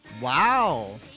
Wow